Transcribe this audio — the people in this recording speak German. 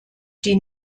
die